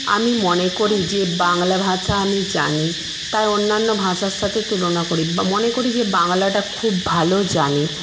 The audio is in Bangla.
আমি মনে করি যে বাংলা ভাষা আমি জানি তাই অন্যান্য ভাষার সাথে তুলনা করি বা মনে করি যে বাংলাটা খুব ভালো জানি